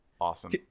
awesome